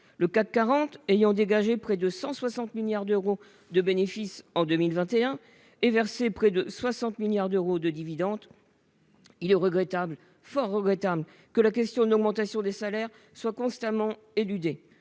Le CAC 40 ayant dégagé près de 160 milliards d'euros de bénéfices en 2021 et versé près de 60 milliards d'euros de dividendes, il est fort regrettable que la question de l'augmentation des salaires soit constamment éludée.